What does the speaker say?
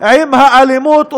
עם האלימות,